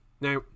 Now